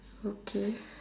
okay